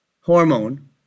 hormone